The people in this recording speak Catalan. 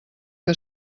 que